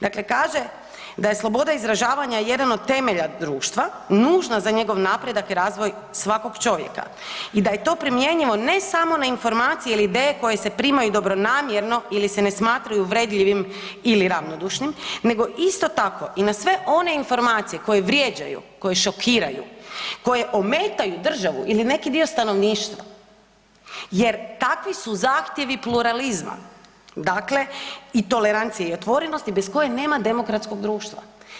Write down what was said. Dakle kaže da je sloboda izražavanja jedan od temelja društva, nužna za njegov napredak i razvoj svakog čovjeka i da je to primjenjivo, ne samo na informacije ili ideje koje se primaju dobronamjerno ili se ne smatraju uvredljivim ili ravnodušnim, nego isto tako, i na sve one informacije koje vrijeđaju, koje šokiraju, koje ometaju državu ili neki dio stanovništva jer takvi su zahtjevi pluralizma, dakle, i tolerancije i otvorenosti bez koje nema demokratskog društva.